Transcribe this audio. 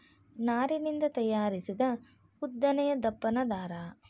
ನಾರಿನಿಂದ ತಯಾರಿಸಿದ ಉದ್ದನೆಯ ದಪ್ಪನ ದಾರಾ